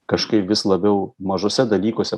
kažkaip vis labiau mažuose dalykuose